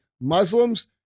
Muslims